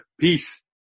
Peace